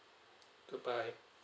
goodbye